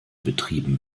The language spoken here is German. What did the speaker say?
betrieben